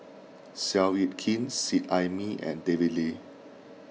Seow Yit Kin Seet Ai Mee and David Lee